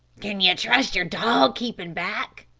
can ye trust yer dog keepin' back?